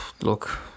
look